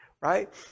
Right